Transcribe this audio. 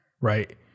right